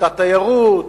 לקליטת תיירות,